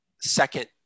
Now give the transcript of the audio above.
Second